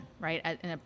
right